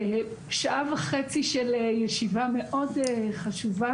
שעה וחצי של ישיבה מאוד חשובה,